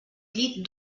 llit